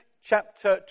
chapter